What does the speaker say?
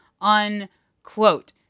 Unquote